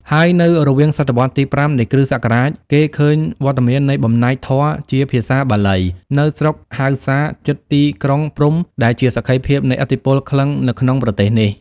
ហើយនៅរវាងសតវត្សរ៍ទី៥ នៃគ្រិស្តសករាជគេឃើញវត្តមាននៃបំណែក ធម៌ ជាភាសាបាលី នៅស្រុកហៅហ្សាជិតទីក្រុងព្រហ្ម ដែលជាសក្ខីភាពនៃឥទ្ធិពលក្លិង្គ នៅក្នុងប្រទេសនេះ ។